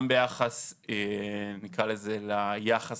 גם ביחס נקרא לזה ליחס